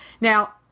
Now